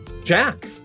Jack